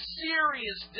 serious